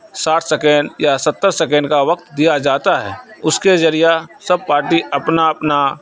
ساٹھ سیکنڈ یا ستّر سیکنڈ کا وقت دیا جاتا ہے اس کے ذریعہ سب پارٹی اپنا اپنا